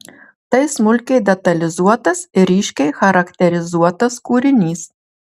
tai smulkiai detalizuotas ir ryškiai charakterizuotas kūrinys